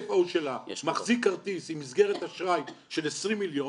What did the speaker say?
ה-CNO שלה מחזיק כרטיס עם מסגרת אשראי של 20 מיליון,